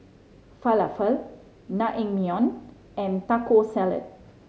Falafel Naengmyeon and Taco Salad